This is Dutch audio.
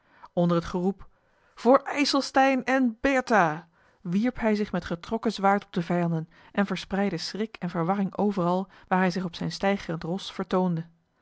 onder het geroep voor ijselstein en bertha wierp hij zich met getrokken zwaard op de vijanden en verspreidde schrik en verwarring overal waar hij zich op zijn steigerend ros vertoonde